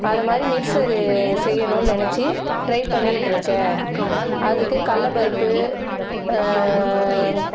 அது மாதிரி மிக்ஸரு செய்யணும்னு நெனச்சி ட்ரை பண்ணிக்கிட்டிருக்கேன் அதுக்கு கடல பருப்பு